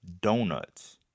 Donuts